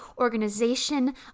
organization